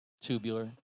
Tubular